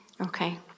Okay